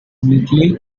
neatly